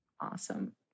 Awesome